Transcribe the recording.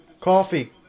Coffee